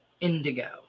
Indigo